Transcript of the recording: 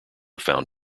found